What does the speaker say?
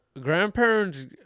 Grandparents